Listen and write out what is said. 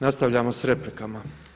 Nastavljamo sa replikama.